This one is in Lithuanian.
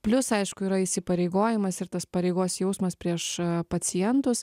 plius aišku yra įsipareigojimas ir tas pareigos jausmas prieš pacientus